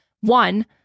one